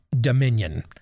dominion